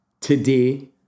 today